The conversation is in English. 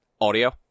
audio